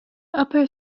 upper